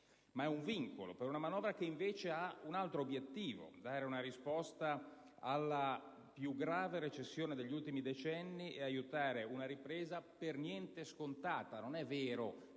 è un vincolo per una manovra che invece ha un altro obiettivo: dare una risposta alla più grave recessione degli ultimi decenni ed aiutare una ripresa per niente scontata. Non è vero,